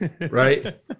right